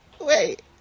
wait